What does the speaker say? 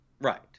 Right